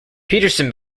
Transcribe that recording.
peterson